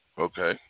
Okay